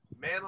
man